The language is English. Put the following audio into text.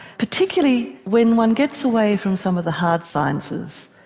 particularly when one gets away from some of the hard sciences.